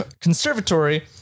Conservatory